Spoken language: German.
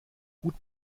gut